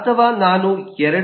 ಅಥವಾ ನಾನು 2